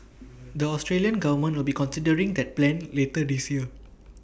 the Australian government will be considering that plan later this year